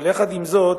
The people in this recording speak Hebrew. עם זאת,